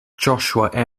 joshua